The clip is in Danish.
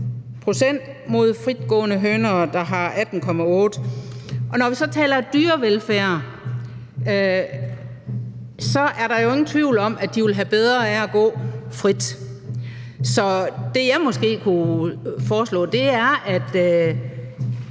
pct. for fritgående høner. Og når vi så taler om dyrevelfærd, er der jo ikke nogen tvivl om, at de ville have bedre af at gå frit. Så det, jeg måske kunne foreslå, i forhold